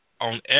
on